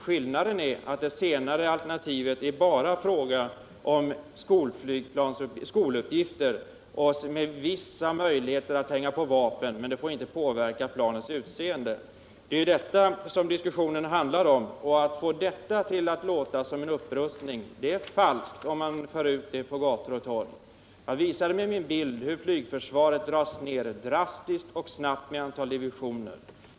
Skillnaden är att det när det gäller det sistnämnda alternativet bara är fråga om skoluppgifter med vissa möjligheter att hänga på vapen, vilket dock inte får påverka planets utseende. Det är detta som diskussionen handlar om. Att på gator och torg föra ut att det skulle innebära en upprustning är falskt. Jag visade med min bild hur flygförsvaret dras ner drastiskt och snabbt i fråga om antalet divisioner.